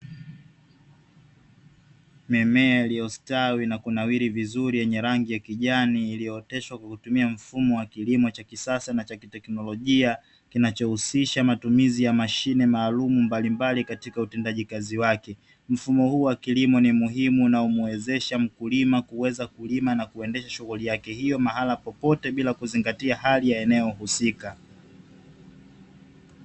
Mimea iliyostawi na kunawiri vizuri yenye rangi ya kijani iliyooteshwa kwa kutumia mfumo wa kilimo cha kisasa na cha kiteknolojia kinachohusisha matumizi ya mashine maalumu mbalimbali katika utendaji kazi wake, mfumo huu wa kilimo ni muhimu unaomuwezesha mkulima kuweza kulima na kuendesha shughuli yake hiyo mahali popote bila kuzingatia hali ya eneo husika.